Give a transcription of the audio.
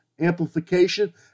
amplification